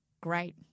Great